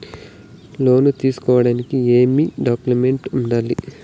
లోను తీసుకోడానికి ఏమేమి డాక్యుమెంట్లు ఉండాలి